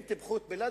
והם טיפחו את בן-לאדן.